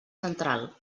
central